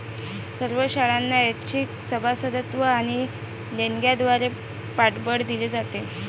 सर्व शाळांना ऐच्छिक सभासदत्व आणि देणग्यांद्वारे पाठबळ दिले जाते